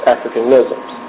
Africanisms